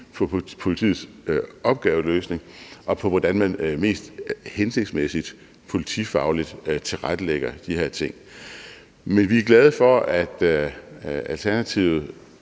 på politiets opgaveløsning og på, hvordan man mest hensigtsmæssigt politifagligt tilrettelægger de her ting. Men vi er glade for, at Alternativet